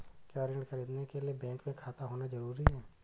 क्या ऋण ख़रीदने के लिए बैंक में खाता होना जरूरी है?